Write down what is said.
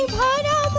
da da